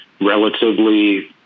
relatively